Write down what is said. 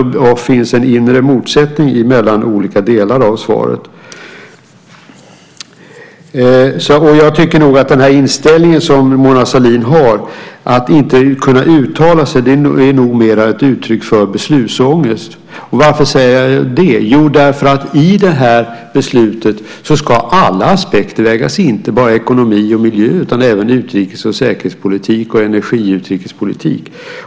Det finns en inre motsättning mellan olika delar av svaret. Mona Sahlins inställning att hon inte kan uttala sig är nog mer ett uttryck för beslutsångest. Varför säger jag det? Jo, i det här beslutet ska alla aspekter vägas in, inte bara ekonomi och miljö utan även utrikes och säkerhetspolitik och energiutrikespolitik.